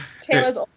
Taylor's